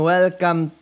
Welcome